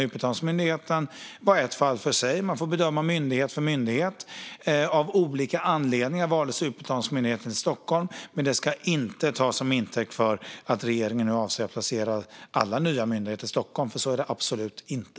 Utbetalningsmyndigheten var ett fall för sig. Man får bedöma myndighet för myndighet. Av olika anledningar valde man att placera Utbetalningsmyndigheten i Stockholm. Men det ska inte tas till intäkt för att regeringen nu avser att placera alla nya myndigheter i Stockholm. Så är det absolut inte.